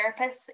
therapists